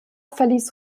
verließ